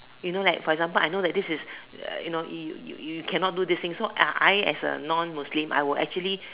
you know like for example I know that this is you know you yo you cannot do this thing so I as a non Muslim I will actually